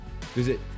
Visit